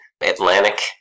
Atlantic